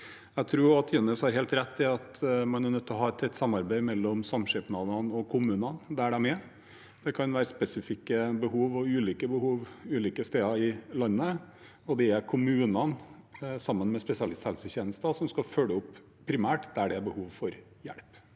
Jeg tror også at Jønnes har helt rett i at man er nødt til å ha et tett samarbeid mellom samskipnadene og kommunene der de er. Det kan være spesifikke behov og ulike behov ulike steder i landet. Det er kommunene, sammen med spesialisthelsetjenesten, som skal følge opp primært der det er behov for hjelp.